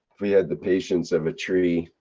we had the patience of a tree,